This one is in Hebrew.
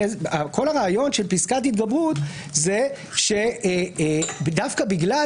כל הרעיון של פסקת התגברות הוא דווקא בגלל